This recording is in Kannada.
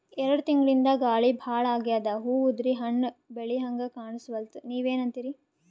ಎರೆಡ್ ತಿಂಗಳಿಂದ ಗಾಳಿ ಭಾಳ ಆಗ್ಯಾದ, ಹೂವ ಉದ್ರಿ ಹಣ್ಣ ಬೆಳಿಹಂಗ ಕಾಣಸ್ವಲ್ತು, ನೀವೆನಂತಿರಿ?